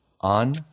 on